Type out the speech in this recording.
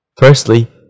Firstly